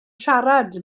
siarad